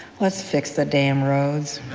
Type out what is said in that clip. let's fix the damn roads!